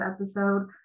episode